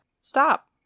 Stop